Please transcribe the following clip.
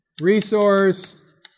resource